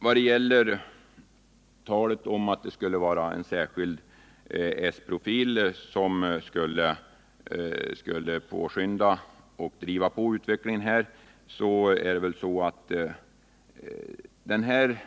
Jag vill också anknyta till talet om att en speciell s-profil kan skönjas bakom kravet på att utvecklingen i det här avseendet skall påskyndas.